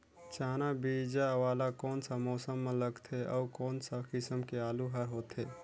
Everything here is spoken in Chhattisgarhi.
चाना बीजा वाला कोन सा मौसम म लगथे अउ कोन सा किसम के आलू हर होथे?